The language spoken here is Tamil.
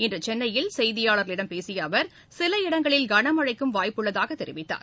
இன்று சென்னையில் செய்தியாளர்களிடம் பேசிய அவர் சில இடங்களில் கனமழைக்கும் வாய்ப்புள்ளதாக தெரிவித்தார்